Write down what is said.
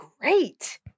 great